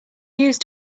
used